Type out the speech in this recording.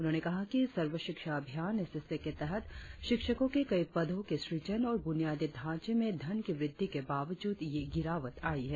उन्होंने कहा कि सर्व शिक्षा अभियान एस एस ए के तहत शिक्षकों के कई पदों के सृजन और बुनियादी ढांचे में धन की वृद्धि के बावजूद यह गिरावट आई है